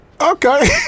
Okay